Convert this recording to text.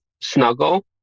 snuggle